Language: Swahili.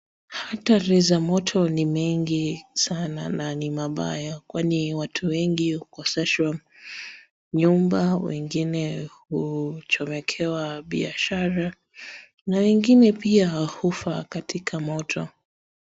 Hatari za moto ni mengi sana na ni mambaya kwani watu wengi hukoseshwa nyumba wengine huchomekewa biashara na wengine pia hufa katika moto.